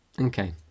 Okay